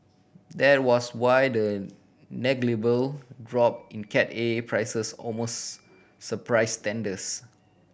that was why the negligible drop in Cat A prices almost surprised